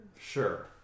Sure